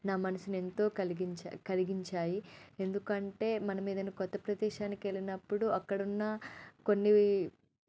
నా మనసునెంతో కలిగించా కరిగించాయి ఎందుకంటే మనం ఏదైనా కొత్త ప్రదేశానికి వెళ్ళినప్పుడు మనం అక్కడున్న కొన్ని